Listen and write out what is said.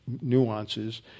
nuances